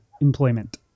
employment